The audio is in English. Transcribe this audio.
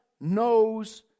knows